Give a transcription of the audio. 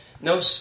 no